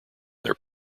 their